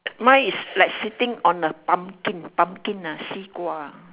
mine is like sitting on a pumpkin pumpkin ah 西瓜